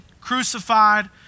crucified